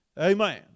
Amen